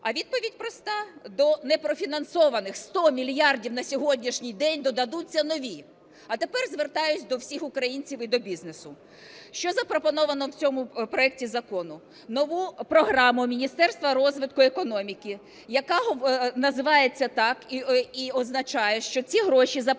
А відповідь проста: до непрофінансованих 100 мільярдів на сьогоднішній день додадуться нові. А тепер звертаюсь до всіх українців і до бізнесу. Що запропоновано в цьому проекті закону? Нову програму Міністерства розвитку економіки, яка називається так і означає, що ці гроші запропоновані